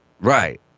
Right